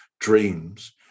dreams